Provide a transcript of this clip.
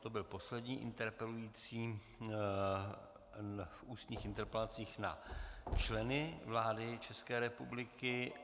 To byl poslední interpelující v ústních interpelacích na členy vlády České republiky.